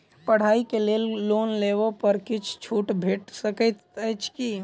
पढ़ाई केँ लेल लोन लेबऽ पर किछ छुट भैट सकैत अछि की?